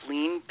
Lean